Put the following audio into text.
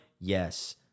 Yes